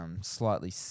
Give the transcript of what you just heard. slightly